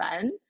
fun